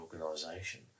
organisation